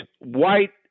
White